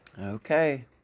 Okay